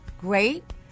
great